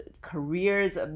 careers